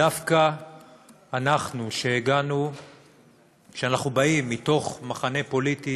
דווקא אנחנו, שאנחנו באים מתוך מחנה פוליטי